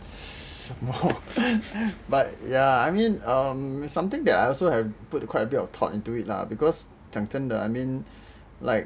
but ya I mean err something that I have also put quite a bit of thought into it lah because 讲真的 I mean like